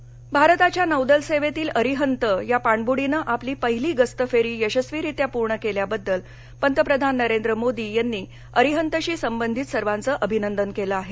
अरिहंत भारताच्या नौदल सेवेतील अरिहंत या पाणब्र्डीनं आपली पहिली गस्त फेरी यशस्वीरित्या पूर्ण केल्याबद्दल पंतप्रधान नरेंद्र मोदी यांनी अरिहंतशी संबंधीत सर्वांचं अभिनंदन केलं आहे